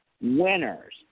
winners